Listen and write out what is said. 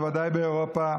בוודאי באירופה,